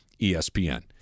ESPN